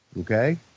Okay